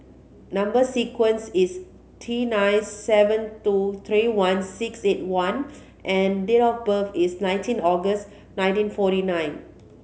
number sequence is T nine seven two three one six eight one and date of birth is nineteen August nineteen forty nine